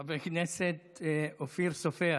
חבר הכנסת אופיר סופר,